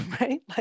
right